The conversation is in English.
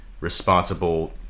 responsible